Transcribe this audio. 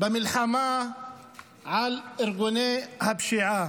במלחמה בארגוני הפשיעה.